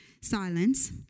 silence